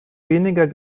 weniger